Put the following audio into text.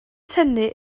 tynnu